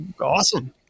awesome